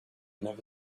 never